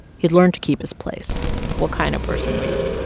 he'd learned to keep his place what kind of person were you,